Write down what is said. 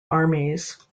armies